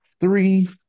three